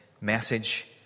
message